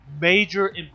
major